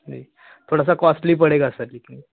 जी थोड़ा सा कॉस्टली पड़ेगा सर लेकिन यह